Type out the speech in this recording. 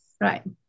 Right